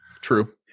True